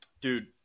Dude